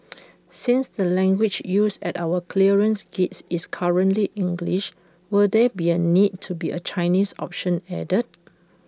since the language used at our clearance gates is currently English will there be A need to be A Chinese option added